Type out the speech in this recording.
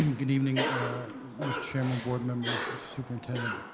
and good evening mr. chairman, board members, superintendent,